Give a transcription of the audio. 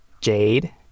Jade